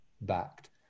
backed